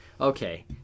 Okay